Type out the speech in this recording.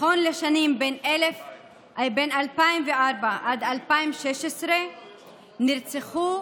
בשנים 2004 2016 נרצחו